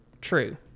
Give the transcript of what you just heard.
true